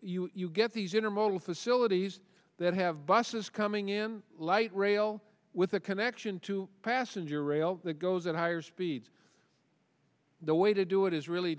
you get these intermodal facilities that have buses coming in light rail with a connection to passenger rail that goes at higher speeds the way to do it is really